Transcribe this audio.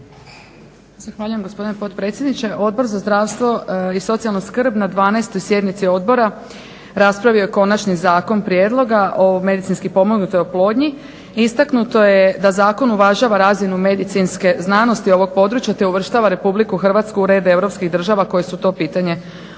Zahvaljujem gospodine potpredsjedničke. Odbor za zdravstvo i socijalnu skrb na 12. sjednici odbora raspravio je Konačni zakon prijedloga o medicinski pomognutoj oplodnji i istaknuto je da zakon uvažava razinu medicinske znanosti ovog područja, te uvrštava Republiku Hrvatsku u red Europskih država koje su to pitanje uredile.